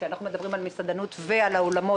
כאשר אנחנו מדברים על המסעדנים ועל האולמות